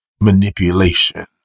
manipulation